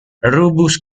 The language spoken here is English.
rubus